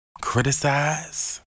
Criticize